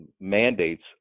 mandates